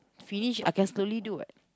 finish I can slowly do what